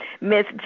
Miss